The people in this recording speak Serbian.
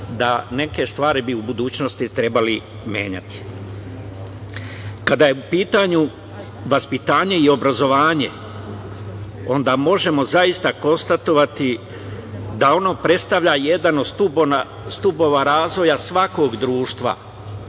bi neke stvari u budućnosti trebali menjati. Kada je u pitanju vaspitanje i obrazovanje, onda možemo zaista konstatovati da ono predstavlja jedan od stubova razvoja svakog društva,